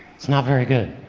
it's not very good.